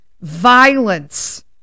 violence